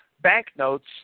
banknotes